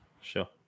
Sure